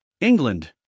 England